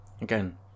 again